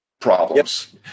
problems